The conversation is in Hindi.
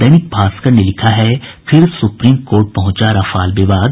दैनिक भास्कर ने लिखा है फिर सुप्रीम कोर्ट पहुंचा राफेल विवाद